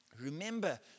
Remember